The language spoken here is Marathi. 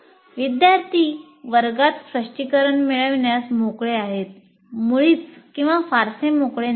विद्यार्थी वर्गात स्पष्टीकरण मिळविण्यास मोकळे आहेत मुळीच किंवा फारसे मोकळे नसतात